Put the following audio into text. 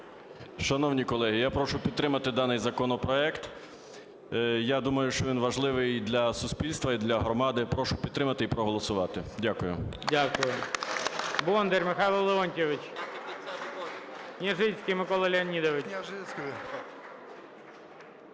шановні колеги, я прошу підтримати даний законопроект. Я думаю, що він важливий для суспільства і для громади. Прошу підтримати і проголосувати. Дякую.